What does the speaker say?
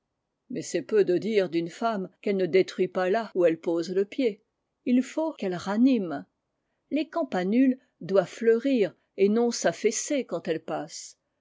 mais c'est peu de dire d'une femme qu'elle ne détruit pas là où elle pose le pied il faut qu'elle t tennyson